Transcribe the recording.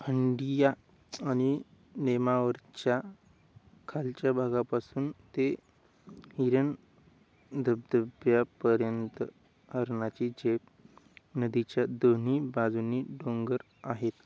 हंडिया आणि नेमावरच्या खालच्या भागापासून ते हिरन धबधब्यापर्यंत हरणाची झेप नदीच्या दोन्ही बाजूनी डोंगर आहेत